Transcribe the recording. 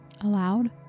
aloud